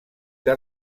que